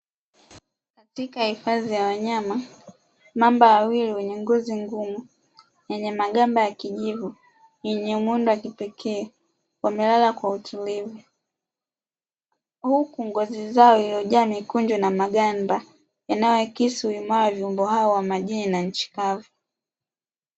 Katika hifadhi ya wanyama, mamba wawili wenye ngozi ngumu yenye magamba ya kijivu yenye muundo wa kipekee wamelala kwa utulivu, huku ngozi zao zilizojaa mikunjo za magamba inayoakisi uiamara wa viumbe hawa wa majini na nchi kavu.